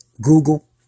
Google